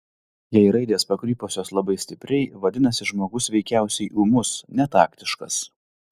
jei raidės pakrypusios labai stipriai vadinasi žmogus veikiausiai ūmus netaktiškas